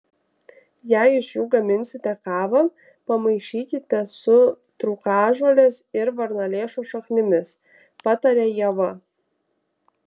jei iš jų gaminsite kavą pamaišykite su trūkažolės ir varnalėšos šaknimis pataria ieva